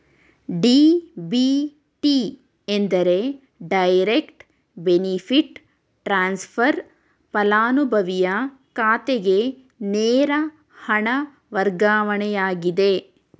DBT ಎಂದರೆ direct benefit transfer, ಪಲಾನುಭವಿಯ ಖಾತೆಗೆ ನೇರ ಹಣ ವರ್ಗಾವಣೆಯಾಗಿದೆ